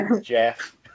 Jeff